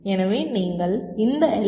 எனவே நீங்கள் இந்த எல்